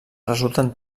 resulten